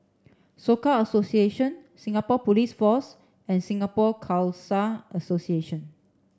Soka Association Singapore Police Force and Singapore Khalsa Association